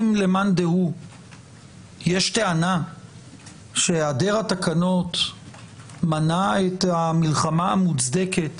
אם למאן דהוא יש טענה שהיעדר התקנות מנע את המלחמה המוצדקת